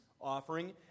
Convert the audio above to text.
offering